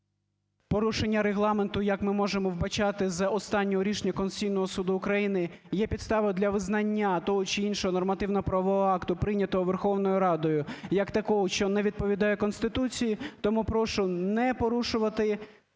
Порушення Регламенту, як ми можемо вбачати з останнього рішення Конституційного Суду України, є підставою для визнання того чи іншого нормативно-правового акта, прийнятого Верховною Радою як такого, що не відповідає Конституції. Тому прошу не порушувати